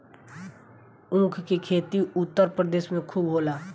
ऊख के खेती उत्तर प्रदेश में खूब होला